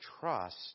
trust